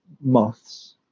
moths